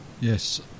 Yes